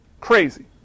crazy